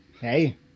Hey